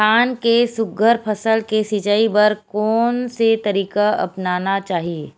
धान के सुघ्घर फसल के सिचाई बर कोन से तरीका अपनाना चाहि?